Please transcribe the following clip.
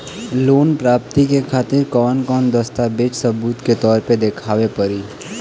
Loan प्राप्ति के खातिर कौन कौन दस्तावेज सबूत के तौर पर देखावे परी?